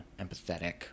empathetic